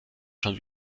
schon